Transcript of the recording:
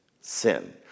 sin